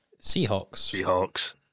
Seahawks